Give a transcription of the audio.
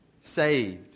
saved